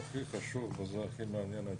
הכי חשוב והכי מעניין את